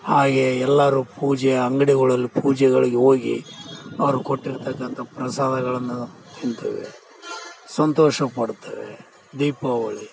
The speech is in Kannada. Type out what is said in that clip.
ಹಾಗೆ ಎಲ್ಲಾರು ಪೂಜೆ ಅಂಗ್ಡಿಗಳಲ್ಲಿ ಪೂಜೆಗಳಿಗೆ ಹೋಗಿ ಅವರು ಕೊಟ್ಟಿರ್ತಕಂಥ ಪ್ರಸಾದಗಳನ್ನು ತಿಂತೇವೆ ಸಂತೋಷ ಪಡ್ತೇವೆ ದೀಪಾವಳಿ